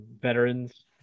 veterans